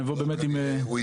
נבוא עם אישור.